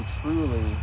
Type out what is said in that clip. truly